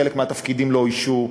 חלק מהתפקידים לא אוישו,